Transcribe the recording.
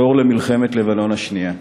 עשור למלחמת לבנון השנייה.